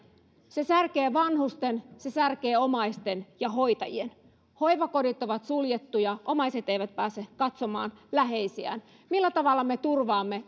se särkee vanhusten se särkee omaisten ja hoitajien hoivakodit ovat suljettuja omaiset eivät pääse katsomaan läheisiään millä tavalla me turvaamme